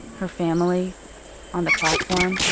her family on the platform.